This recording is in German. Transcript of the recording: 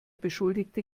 beschuldigte